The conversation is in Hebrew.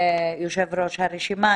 יושב-ראש הרשימה,